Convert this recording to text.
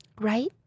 right